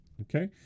okay